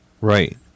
Right